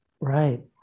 Right